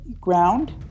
ground